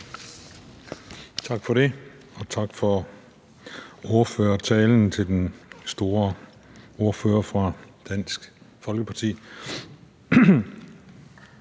Tak for det, og tak for ordførertalen til den store ordfører fra Dansk Folkeparti.